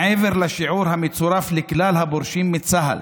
מעבר לשיעור המצורף לכלל הפורשים מצה"ל.